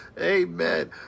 Amen